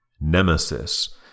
Nemesis